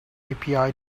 api